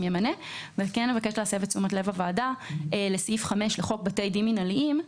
ועל כן אבקש להסב את תשומת לב הוועדה לסעיף 5 לחוק בתי דין מינהליים.